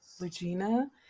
Regina